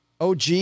OG